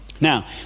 Now